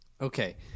Okay